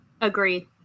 Agreed